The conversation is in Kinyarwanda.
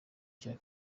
cya